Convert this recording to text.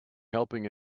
helping